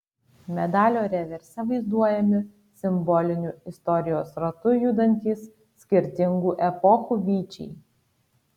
medalio reverse vaizduojami simboliniu istorijos ratu judantys skirtingų epochų vyčiai